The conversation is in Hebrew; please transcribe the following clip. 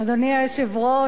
אדוני היושב-ראש,